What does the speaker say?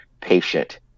patient